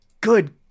good